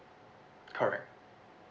correct